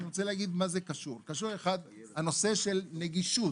הנושא של נגישות